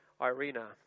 Irina